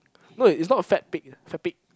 no it's not a fat pig lah fat pig